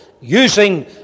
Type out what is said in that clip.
using